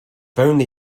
only